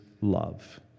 love